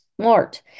Smart